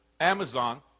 Amazon